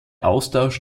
austausch